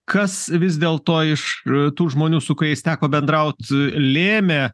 kas vis dėl to iš tų žmonių su kuriais teko bendraut lėmė